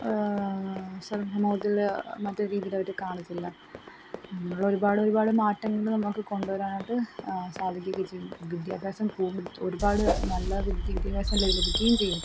ചില സമൂഹത്തിൽ മറ്റേ രീതിയിൽ അവർ കാണത്തില്ല നമ്മൾ ഒരുപാട് ഒരുപാട് മാറ്റങ്ങൾ നമുക്ക് കൊണ്ട് വരാനായിട്ട് സാധിക്കുക ഒക്കെ ചെയ്യും വിദ്യാഭ്യാസം കൂടി ഒരുപാട് നല്ല വിദ്യാഭ്യാസം ലഭിക്കുകയും ചെയ്യും